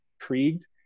intrigued